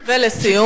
ולסיום.